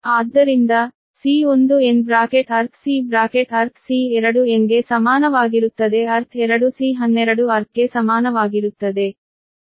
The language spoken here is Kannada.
ಆದ್ದರಿಂದ C1n in bracket earth C bracket earth C2n ಗೆ ಸಮಾನವಾಗಿರುತ್ತದೆ ಭೂಮಿಯು 2 C12 ಭೂಮಿಗೆ ಸಮಾನವಾಗಿರುತ್ತದೆ